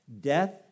Death